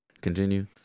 continue